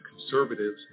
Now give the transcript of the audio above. conservatives